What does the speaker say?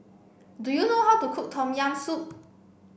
do you know how to cook tom yam soup